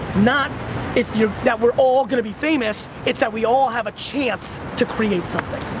not if you, that we're all going to be famous, it's that we all have a chance to create something.